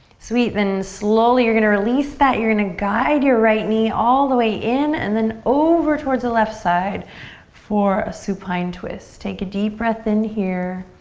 sweet, then slowly you're gonna release that. you're gonna guide your right knee all the way in and then over towards the left side for a supine twist. take a deep breath in here.